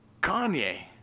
kanye